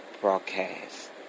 Broadcast